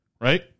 right